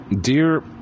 dear